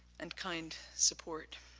and kind support.